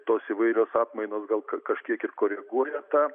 tos įvairios atmainos gal kažkiek ir koreguoja tą